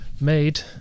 made